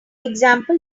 example